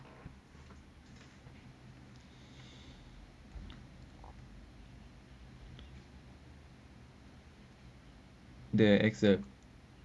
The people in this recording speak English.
the exam